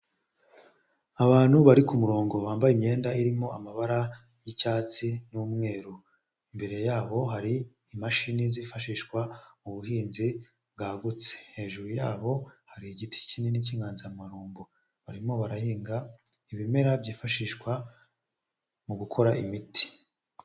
Abantu bari ku murongo bambaye imyenda irimo amabara y'icyatsi n'umweru, imbere yabo hari imashini zifashishwa mu buhinzi bwagutse, hejuru yabo hari igiti kinini cy'inganzamarumbo, barimo barahinga ibimera byifashishwa mu gukora imiti.